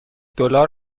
دلار